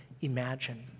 imagine